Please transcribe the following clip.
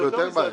זה יותר בעיה.